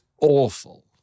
awful